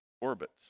orbits